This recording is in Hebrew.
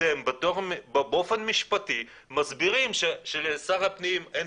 אתם באופן משפטי מסבירים שלשר הפנים אין